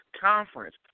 conference